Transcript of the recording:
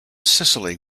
sicily